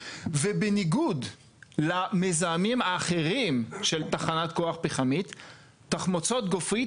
ובניגוד למזהמים האחרים של תחנת כוח פחמות תחמוצות גופרית,